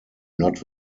not